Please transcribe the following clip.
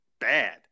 bad